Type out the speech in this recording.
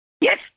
Yes